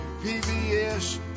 PBS